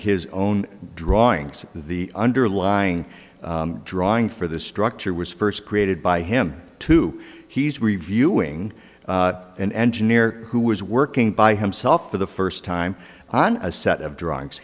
his own drawings the underlying drawing for the structure was first created by him too he's reviewing an engineer who was working by himself for the first time on a set of dr